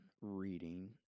reading